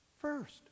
first